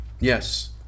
Yes